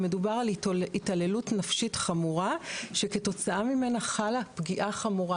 מדובר על התעללות נפשית חמורה שכתוצאה ממנה חלה פגיעה חמורה,